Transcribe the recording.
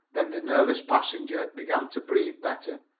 then the nervous passenger began to breathe better.